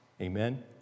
Amen